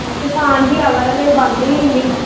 हां तूफ़ान बी आवै ते फिर बंद होई जंदी